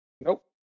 Nope